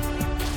מיוחד),